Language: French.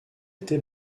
était